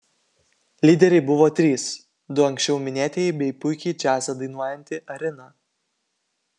lyderiai buvo trys du anksčiau minėtieji bei puikiai džiazą dainuojanti arina